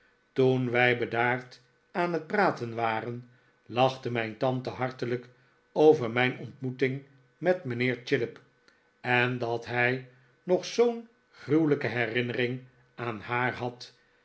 toen wij bedaard aan het praten waren lachte mijn tante hartelijk over mijn ontmoeting met mijnheer chillip en dat hij nog zoo'n gruweliike herinnering aan haar had